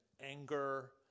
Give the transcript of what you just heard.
anger